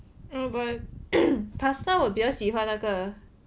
no but pasta 我比较喜欢那个